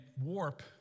warp